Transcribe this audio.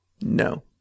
no